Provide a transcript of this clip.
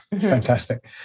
fantastic